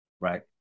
Right